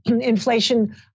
inflation